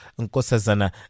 Nkosazana